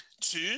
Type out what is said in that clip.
Two